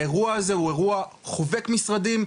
האירוע הזה הוא אירוע חובק משרדים,